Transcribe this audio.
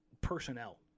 personnel